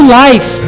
life